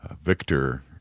Victor